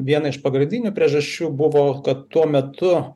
viena iš pagrindinių priežasčių buvo kad tuo metu